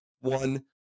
one